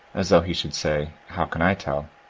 as though he should say, how can i tell?